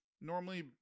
normally